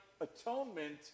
atonement